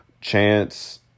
Chance